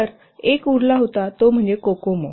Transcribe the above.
तर एक उरला होता तो म्हणजे कोकोमो